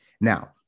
Now